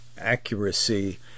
accuracy